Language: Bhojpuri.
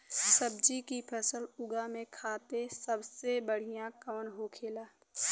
सब्जी की फसल उगा में खाते सबसे बढ़ियां कौन होखेला?